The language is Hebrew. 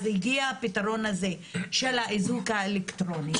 אז הגיע הפתרון הזה של האיזוק האלקטרוני,